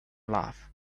love